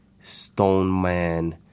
Stoneman